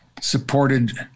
supported